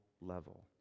level